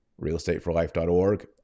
realestateforlife.org